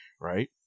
Right